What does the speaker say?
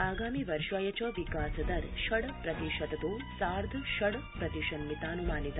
आगामि वर्षाय च विकास दर षड् प्रतिशततो सार्ध षड् प्रतिशन्मितानुमानित